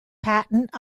patent